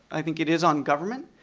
i think it is on government,